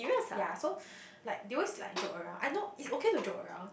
ya so like they always like joke around I know it's okay to joke around